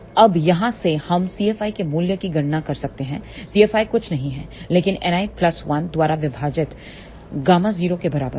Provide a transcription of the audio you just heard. तो अब यहाँ से हम cFi के मूल्य की गणना कर सकते हैं cFi कुछ नहीं है लेकिन Ni प्लस 1 द्वारा विभाजित Γ0 के बराबर है